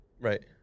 Right